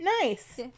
nice